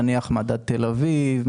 נניח מדד תל אביב,